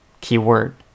keyword